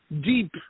deep